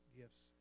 gifts